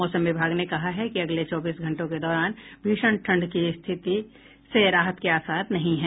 मौसम विभाग ने कहा है कि अगले चौबीस घंटों के दौरान भीषण ठंड की स्थिति से राहत के आसार नहीं हैं